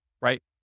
right